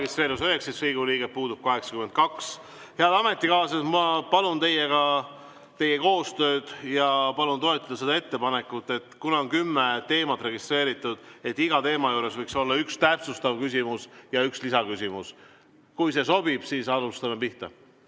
Kui see sobib, siis alustame.